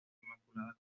inmaculada